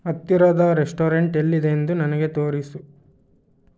ಹತ್ತಿರದ ರೆಸ್ಟೋರೆಂಟ್ ಎಲ್ಲಿದೆ ಎಂದು ನನಗೆ ತೋರಿಸು